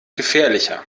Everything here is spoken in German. gefährlicher